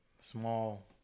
Small